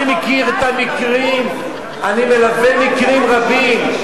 אני מכיר את המקרים, אני מלווה מקרים רבים.